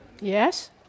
Yes